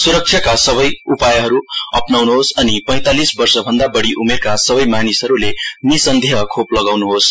सुरक्षाका सबै उपायहरू अपनाउनुहोस् अनि पैंतालीस वर्षभन्दा बढ़ी उमेरका सबै मानिसहरूले निसन्देह खोप लगाउनुहोस्